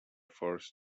forced